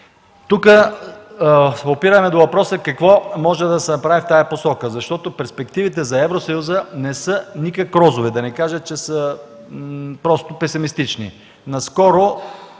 Тук опираме до въпроса: какво може да се направи в тази посока? Перспективите за Евросъюза не са никак розови, да не кажа, че са просто песимистични. Наскоро